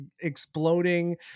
exploding